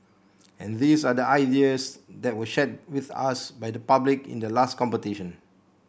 and these are the ideas that were shared with us by the public in the last competition